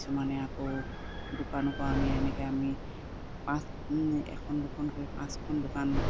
কিছুমানে আকৌ দোকানৰপৰাও নিয়ে সেনেকৈ আমি পাঁচ এখন দখন কৰি পাঁচখন দোকান